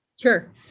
Sure